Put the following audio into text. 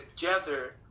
together